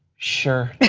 sure.